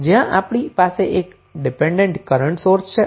જ્યાં આપણી પાસે એક ડીપેન્ડન્ટ કરન્ટ સોર્સ છે